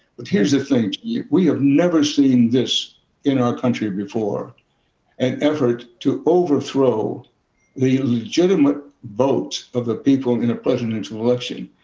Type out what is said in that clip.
but here's the thing, jimmy. yeah we have never seen this in our country before an effort to overthrow the legitimate vote of the people in a presidential election.